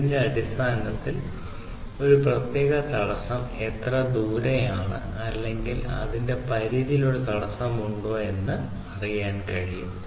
ഇതിന്റെ അടിസ്ഥാനത്തിൽ ഒരു പ്രത്യേക തടസ്സം എത്ര ദൂരെയാണ് അല്ലെങ്കിൽ അതിന്റെ പരിധിയിൽ ഒരു തടസ്സം ഉണ്ടോ എന്ന് അറിയാൻ കഴിയും